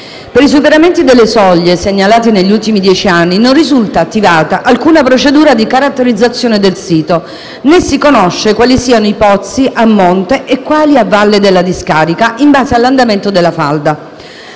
Per i superamenti delle soglie segnalati negli ultimi dieci anni non risulta attivata alcuna procedura di caratterizzazione del sito, né si conosce quali siano i pozzi a monte e quali a valle della discarica, in base all'andamento della falda.